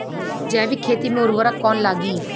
जैविक खेती मे उर्वरक कौन लागी?